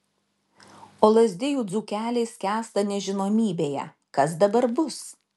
o lazdijų dzūkeliai skęsta nežinomybėje kas dabar bus